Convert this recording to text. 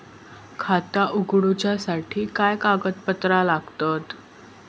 खाता उगडूच्यासाठी काय कागदपत्रा लागतत?